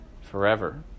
forever